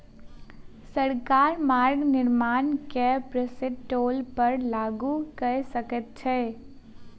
सरकार मार्ग निर्माण के पश्चात टोल कर लागू कय सकैत अछि